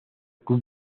club